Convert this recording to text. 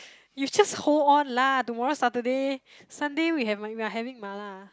you just hold on lah tomorrow Saturday Sunday we have we're having mala